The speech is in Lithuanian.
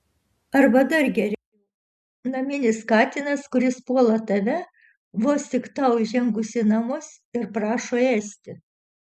arba dar geriau naminis katinas kuris puola tave vos tik tau įžengus į namus ir prašo ėsti